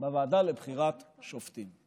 בוועדה לבחירת שופטים.